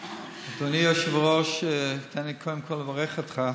אדוני היושב-ראש, תן לי קודם כול לברך אותך,